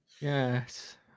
Yes